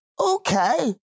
okay